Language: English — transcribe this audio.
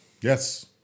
Yes